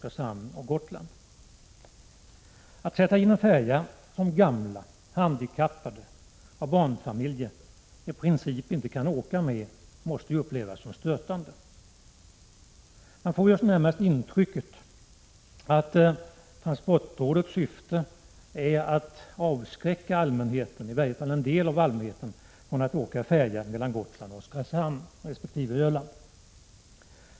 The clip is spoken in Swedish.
Att sätta in en färja som gamla, handikappade och barnfamiljer i princip inte kan åka med måste upplevas som stötande. Man får närmast intrycket att transportrådets syfte är att avskräcka en del av allmänheten från att åka färja mellan Gotland och Oskarshamn resp. Öland.